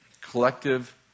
collective